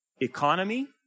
Economy